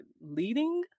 leading